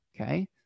okay